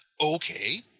okay